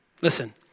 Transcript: Listen